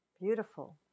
beautiful